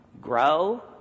Grow